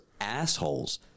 assholes